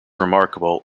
remarkable